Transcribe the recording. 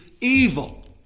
evil